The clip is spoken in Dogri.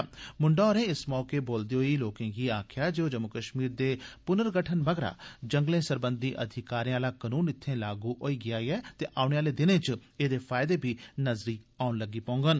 श्री मुंडा होरें इस मौके बोलदे होई लोकें गी आखेआ जे जम्मू कश्मीर दे प्र्नगठन मगरा जंगलें सरबंधी अधिकारें आहला कानून इत्थे लागू होई गेआ ऐ ते औने आहले दिनें च एहदे फायदे बी नजरी औन लगी पौड़न